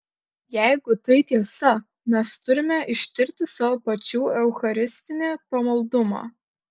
jeigu tai tiesa mes turime ištirti savo pačių eucharistinį pamaldumą